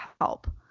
help